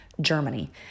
Germany